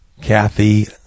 Kathy